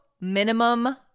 minimum